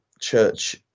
church